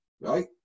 Right